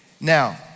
now